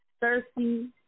Thirsty